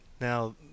now